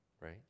right